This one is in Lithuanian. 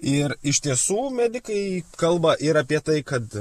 ir iš tiesų medikai kalba ir apie tai kad